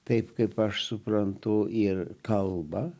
taip kaip aš suprantu ir kalba